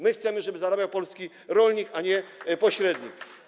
My chcemy, żeby zarabiał polski rolnik, a nie pośrednik.